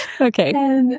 okay